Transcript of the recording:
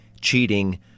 cheating